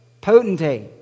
potentate